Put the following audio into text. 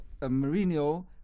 Mourinho